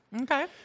Okay